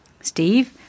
Steve